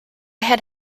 had